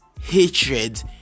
hatred